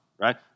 right